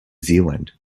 zealand